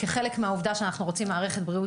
כחלק מהעובדה שאנחנו רוצים מערכת בריאות